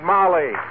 Molly